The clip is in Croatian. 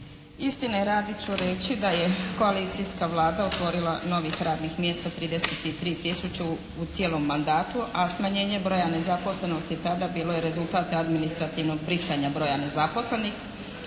Istine radi ću reći da je koalicijska Vlada otvorila novih radnih mjesta 33 tisuće u cijelom mandatu, a smanjenje broja nezaposlenosti tada bilo je rezultat administrativnog brisanja broja nezaposlenih,